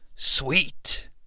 Sweet